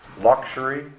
luxury